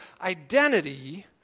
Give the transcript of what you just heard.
identity